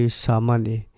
samani